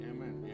Amen